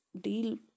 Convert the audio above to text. deal